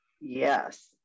Yes